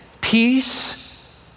peace